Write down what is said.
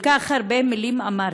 כל כך הרבה מילים אמרתי.